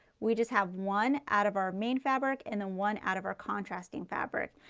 we just have one out of our main fabric and then one out of our contrasting fabric.